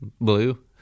Blue